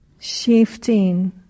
Shifting